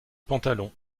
pantalon